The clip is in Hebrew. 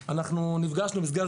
62 מקרים של גמלים